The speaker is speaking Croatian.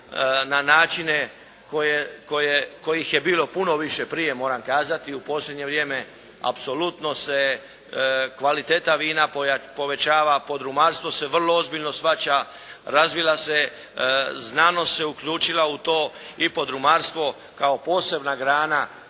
na načine kojih je bilo puno više prije, moram kazati u posljednje vrijeme apsolutno se kvaliteta vina povećava, podrumarstvo se vrlo ozbiljno shvaća, razvila se, znanost se uključila u to i podrumarstvo kao posebna grana